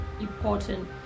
important